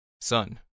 Son